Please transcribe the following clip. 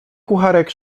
kucharek